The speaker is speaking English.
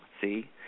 See